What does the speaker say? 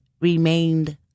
remained